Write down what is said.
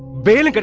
bail like ah